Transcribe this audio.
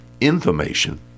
information